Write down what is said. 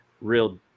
real